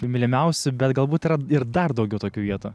mylimiausių bet galbūt yra ir dar daugiau tokių vietų